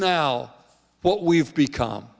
now what we've become